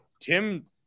Tim